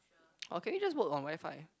okay just work on WiFi